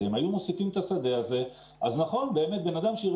אני מסכים שיש עם זה קצת אי-הבנה כרגע.